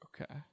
Okay